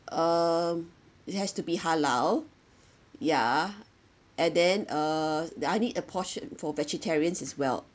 uh it has to be halal ya and then uh and I need a portion for vegetarians as well